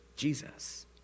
Jesus